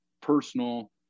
personal